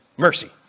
Mercy